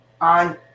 on